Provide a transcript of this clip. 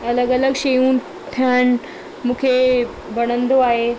अलॻि अलॻि शयूं ठाहिनि मूंखे वणंदो आहे